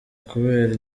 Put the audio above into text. kubera